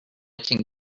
can